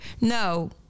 No